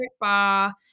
bar